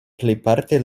plejparte